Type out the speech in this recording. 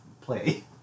play